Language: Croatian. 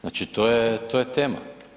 Znači to je tema.